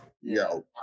Yo